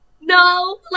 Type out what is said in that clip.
no